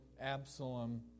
Absalom